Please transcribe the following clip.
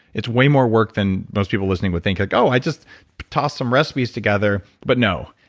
it's way more work than most people listening would think. like, oh i just tossed some recipes together. but no,